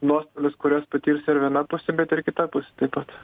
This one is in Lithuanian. nuostolius kuriuos patirs ir viena pusė bet ir kita pusė taip pat